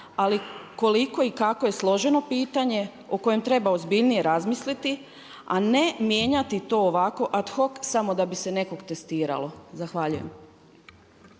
ali koliko i kako je složeno pitanje o kojem treba ozbiljnije razmisliti a ne mijenjati to ovako ad hoc samo da bi se nekog testiralo. Zahvaljujem.